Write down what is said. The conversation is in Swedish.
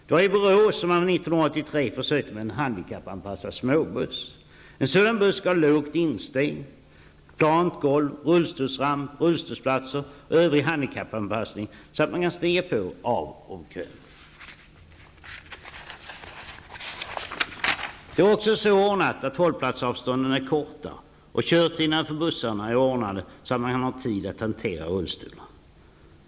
Det var i Borås som man 1983 försökte med en handikappanpassad småbuss. En sådan buss skall ha lågt insteg, plant golv, rullstolsramp, rullstolsplats och övrig handikappanpassning så att man kan stiga på och av bekvämt. Det är också så ordnat att hållplatsavstånden är korta, och körtiderna för bussarna är ordnade så att man har tid att hantera rullstolar.